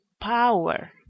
power